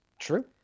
True